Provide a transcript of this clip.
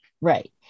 Right